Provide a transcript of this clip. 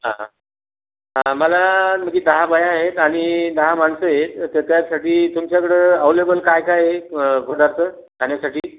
हां हां हां मला म्हणजे दहा बाया आहेत आणि दहा माणसं आहेत त्याच्यासाठी तुमच्याकडं अव्हेलेबल काय काय आहे प पदार्थ खाण्यासाठी